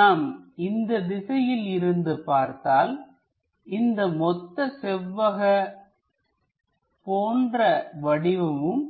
நாம் இந்த திசையில் இருந்து பார்த்தால்இந்த மொத்த செவ்வக போன்ற வடிவமும்